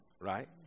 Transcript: Right